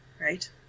right